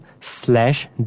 slash